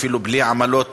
אפילו בלי עמלות,